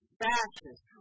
fascist